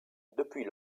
depuis